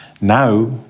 Now